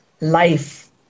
life